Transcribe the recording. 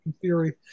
theory